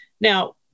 Now